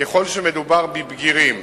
ככל שמדובר בבגירים,